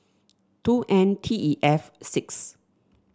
two N T E F six